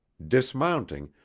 dismounting,